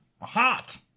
hot